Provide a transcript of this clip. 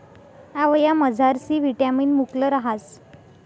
आवयामझार C vitamin मुकलं रहास